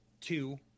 two